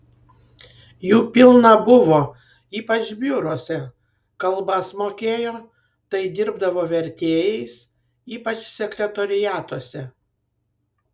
jų pilna buvo ypač biuruose kalbas mokėjo tai dirbdavo vertėjais ypač sekretoriatuose